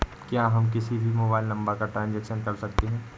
क्या हम किसी भी मोबाइल नंबर का ट्रांजेक्शन कर सकते हैं?